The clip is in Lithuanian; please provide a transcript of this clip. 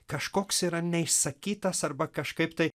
kažkoks yra neišsakytas arba kažkaip tai